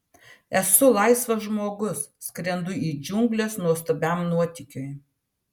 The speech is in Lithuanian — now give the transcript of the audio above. esu laisvas žmogus skrendu į džiungles nuostabiam nuotykiui